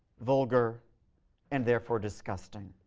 vulgar and therefore disgusting,